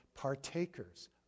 partakers